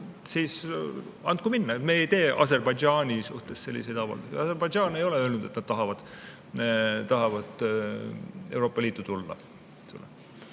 siis andku minna. Me ei tee Aserbaidžaani kohta selliseid avaldusi. Aserbaidžaan ei ole öelnud, et nad tahavad Euroopa Liitu tulla.